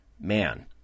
man